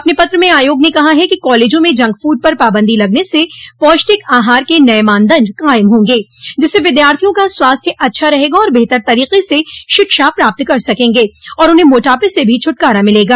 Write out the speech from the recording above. अपने पत्र में आयोग ने कहा कि कॉलेजों में जंक फूड पर पाबंदी लगने से पौष्टिक आहार के नये मानदंड कायम होंगे जिससे विद्यार्थियों का स्वास्थ्य अच्छा रहेगा और बेहतर तरीक से शिक्षा प्राप्त कर सकेंगे और उन्हें मोटापे से भी छुटकारा मिलेगा